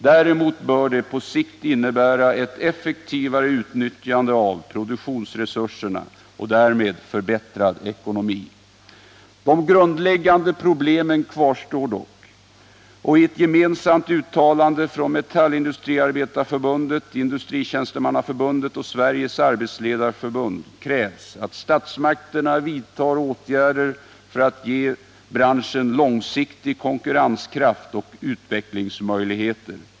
Däremot bör det på sikt innebära ett effektivare utnyttjande av produktionsresurserna och därmed förbättrad ekonomi. De grundläggande problemen kvarstår dock, och i ett gemensamt uttalande från Metallindustriarbetareför bundet, Industritjänstemannaförbundet och Sveriges arbetsledareförbund krävs att statsmakterna vidtar åtgärder för att ge branschen långsiktig konkurrenskraft och utvecklingsmöjligheter.